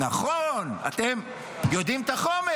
נכון, אתם יודעים את החומר.